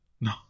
No